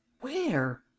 Where